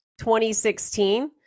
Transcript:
2016